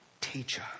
teacher